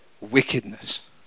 wickedness